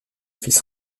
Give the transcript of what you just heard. fils